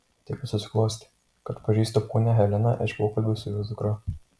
taip jau susiklostė kad pažįstu ponią heleną iš pokalbių su jos dukra